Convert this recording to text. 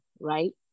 right